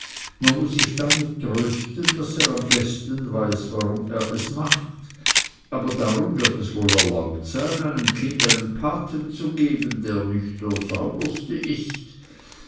man muß sich damit trösten daß er am besten weiß warum er es macht aber darum wird es wohl erlaubt sein einem kind einen paten zu geben der nicht der sauberste ist